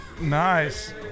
Nice